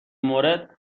مورد